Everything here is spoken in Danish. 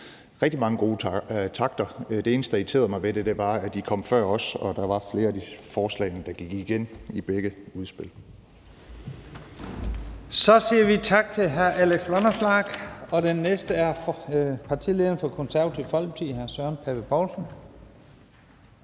rigtig mange gode takter. Det eneste, der irriterede mig ved det, var, at I kom før os, og at der var flere af forslagene, der gik igen i begge udspil. Kl. 15:00 Første næstformand (Leif Lahn Jensen): Så siger vi tak til hr. Alex Vanopslagh. Og den næste er partilederen for Det Konservative Folkeparti, hr. Søren Pape Poulsen.